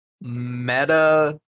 meta